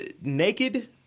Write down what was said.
Naked